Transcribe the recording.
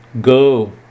Go